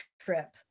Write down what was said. trip